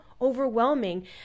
overwhelming